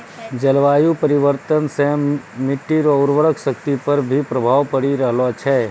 जलवायु परिवर्तन से मट्टी रो उर्वरा शक्ति पर भी प्रभाव पड़ी रहलो छै